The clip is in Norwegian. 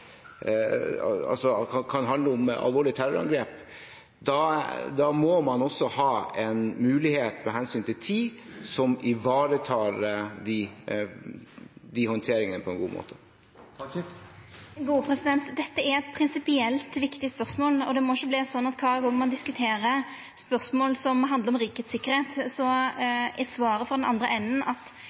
ivaretar de håndteringene på en god måte. Dette er eit prinsipielt viktig spørsmål, og det må ikkje bli sånn at kvar gong ein diskuterer spørsmål som handlar om rikets sikkerheit, er svaret frå den andre enden at